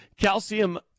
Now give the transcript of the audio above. calcium